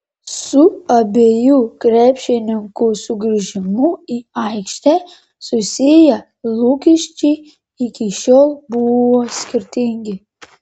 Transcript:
su abiejų krepšininkų sugrįžimu į aikštę susiję lūkesčiai iki šiol buvo skirtingi